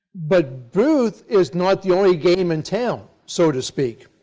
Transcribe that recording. but booth is not the only game in town, so to speak.